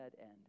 end